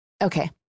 Okay